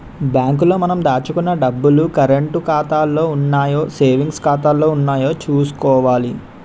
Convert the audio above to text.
bank లో మనం దాచుకున్న డబ్బులు కరంటు ఖాతాలో ఉన్నాయో సేవింగ్స్ ఖాతాలో ఉన్నాయో చూసుకోవాలి